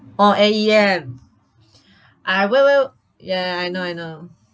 oh A_E_M I will will ya I know I know